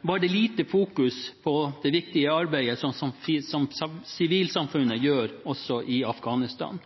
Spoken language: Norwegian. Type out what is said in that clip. var det lite fokus på det viktige arbeidet som sivilsamfunnet gjør i Afghanistan.